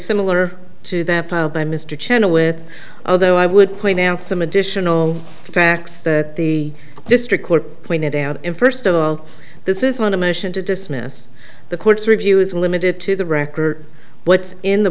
similar to that by mr chenowith although i would point out some additional facts that the district court pointed out in first of all this is on a mission to dismiss the court's review is limited to the record what's in the